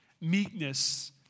meekness